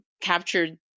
captured